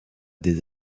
des